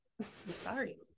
Sorry